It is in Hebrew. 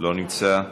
לא נמצא,